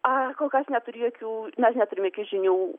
a kol kas neturiu jokių mes neturime jokių žinių